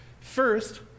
First